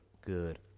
good